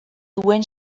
duen